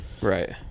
Right